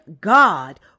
God